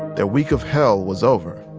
the week of hell was over.